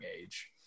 age